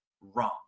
wrong